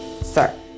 sir